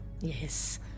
Yes